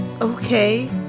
okay